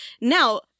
Now